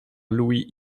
louis